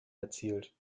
erzielt